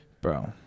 Bro